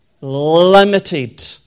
limited